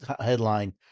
headline